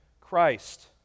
Christ